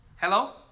Hello